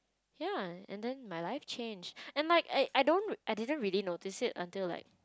ya and then my life changed and like I I don't I didn't really notice it until like